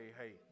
hey